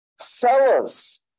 sellers